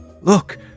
Look